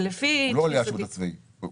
השירות הצבאי לא עולה.